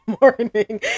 morning